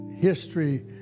history